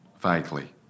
Vaguely